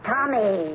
Tommy